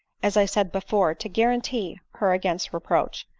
as i said before, to guaranty her against reproach.